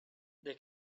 they